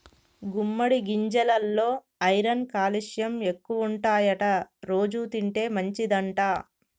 గుమ్మడి గింజెలల్లో iron calcium ఎక్కువుంటాయట రోజు తింటే మంచిదంట